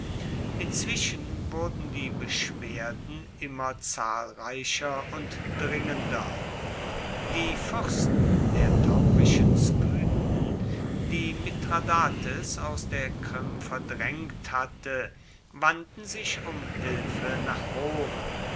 inzwischen wurden die beschwerden immer zahlreicher und dringender die fürsten der taurischen skythen die mithradates aus der krim verdrängt hatte wandten sich um hilfe nach rom